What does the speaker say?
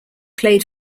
played